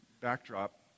backdrop